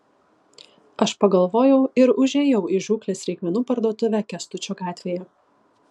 aš pagalvojau ir užėjau į žūklės reikmenų parduotuvę kęstučio gatvėje